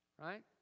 Right